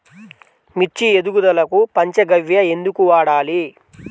మిర్చి ఎదుగుదలకు పంచ గవ్య ఎందుకు వాడాలి?